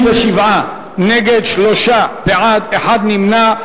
67 נגד, שלושה בעד, אחד נמנע.